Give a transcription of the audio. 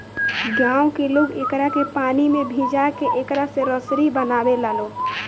गांव में लोग एकरा के पानी में भिजा के एकरा से रसरी बनावे लालो